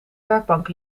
werkbank